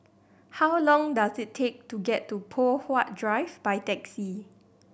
how long does it take to get to Poh Huat Drive by taxi